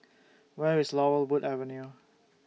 Where IS Laurel Wood Avenue